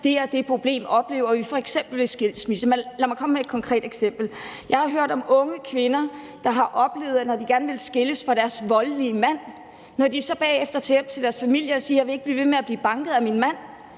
Det og det problem oplever vi f.eks. ved skilsmisser. Lad mig komme med et konkret eksempel. Jeg har hørt om unge kvinder, der har oplevet, at når de gerne ville skilles fra deres voldelige mand og de så bagefter tager hjem til deres familier og siger, at de ikke vil blive ved med at blive banket af deres mand,